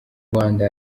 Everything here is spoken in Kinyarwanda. rwanda